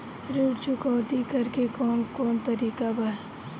ऋण चुकौती करेके कौन कोन तरीका बा?